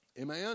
Amen